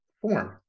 form